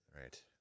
Right